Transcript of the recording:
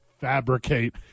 fabricate